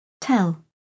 Tell